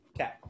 Okay